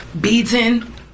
beaten